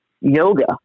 yoga